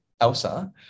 ELSA